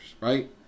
Right